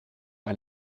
par